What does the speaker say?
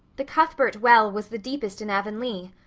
the cuthbert well was the deepest in avonlea.